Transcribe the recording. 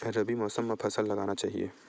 रबी मौसम म का फसल लगाना चहिए?